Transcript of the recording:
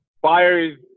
Buyers